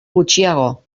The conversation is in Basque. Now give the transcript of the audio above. gutxiago